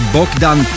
Bogdan